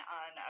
on